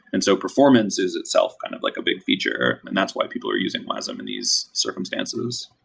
and so performance is itself kind of like a big feature, and that's why people are using wasm in these circumstances.